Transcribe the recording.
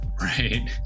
right